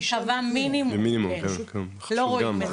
קבע מינימום, לא רואים את